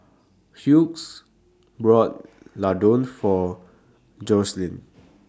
Hughes bought Ladoo For Joselin